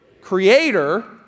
creator